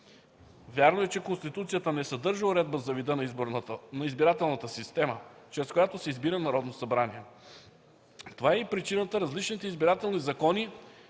Вярно е, че Конституцията не съдържа уредба за вида на избирателната система, чрез която се избира Народно събрание. Това е и причината различните избирателни закони